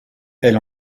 elle